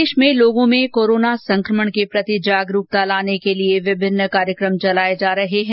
प्रदेश में लोगों में कोरोना संक्रमण के प्रति जागरुकता लाने के लिए विभिन्न कार्यक्रम चलाये जा रहे हैं